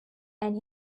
and